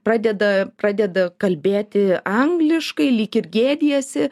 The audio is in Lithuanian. pradeda pradeda kalbėti angliškai lyg ir gėdijasi